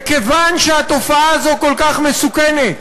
וכיוון שהתופעה הזאת כל כך מסוכנת,